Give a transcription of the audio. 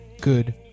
Good